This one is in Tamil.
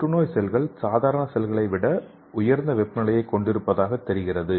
புற்றுநோய் செல்கள் சாதாரண செல்களை விட உயர்ந்த வெப்பநிலையைக் கொண்டிருப்பதாகத் தெரிகிறது